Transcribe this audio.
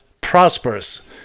prosperous